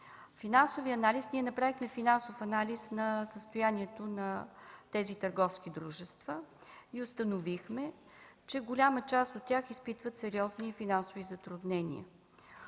Ние направихме финансов анализ на състоянието на тези търговски дружества и установихме, че голяма част от тях изпитват сериозни финансови затруднения.